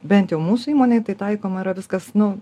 bent jau mūsų įmonėj tai taikoma yra viskas nu